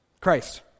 Christ